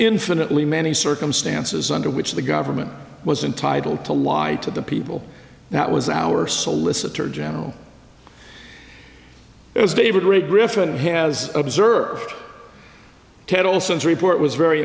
infinitely many circumstances under which the government was entitled to lie to the people that was our solicitor general as david ray griffin has observed ted olson's report was very